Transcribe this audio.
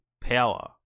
power